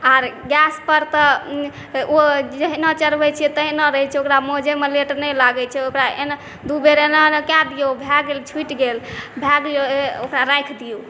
आओर गैसपर तऽ ओ जहिना चढ़बैत छियै तहिना रहैत छै ओकरा मँजैमे लेट नहि लागैत छै ओकरा एना दू बेर एना एना कए दियौ भए गेल छुटि गेल धए दियौ ओकरा राखि दियौ